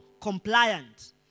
compliant